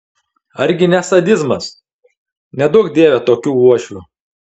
ar gi ne sadizmas neduok dieve tokių uošvių